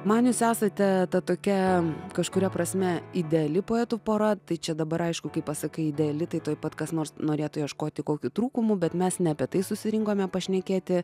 man jūs esate tokia kažkuria prasme ideali poetų pora tai čia dabar aišku kai pasakai ideali tai tuoj pat kas nors norėtų ieškoti kokių trūkumų bet mes ne apie tai susirinkome pašnekėti